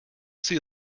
sea